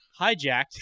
Hijacked